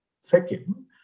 Second